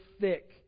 thick